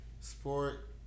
sport